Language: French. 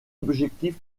objectifs